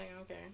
okay